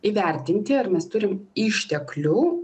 įvertinti ar mes turim išteklių